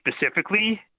specifically